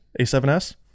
A7S